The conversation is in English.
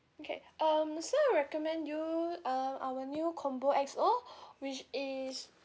okay um so I recommend you um our new combo X O which is